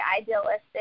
idealistic